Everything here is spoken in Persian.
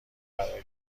برای